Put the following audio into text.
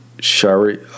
shari